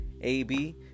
ab